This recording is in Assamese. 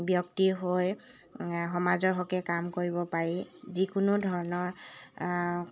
ব্যক্তি হৈ সমাজৰ হকে কাম কৰিব পাৰি যিকোনো ধৰণৰ